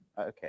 Okay